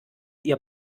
ihr